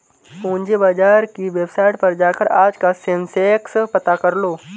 पूंजी बाजार की वेबसाईट पर जाकर आज का सेंसेक्स पता करलो